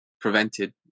prevented